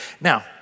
Now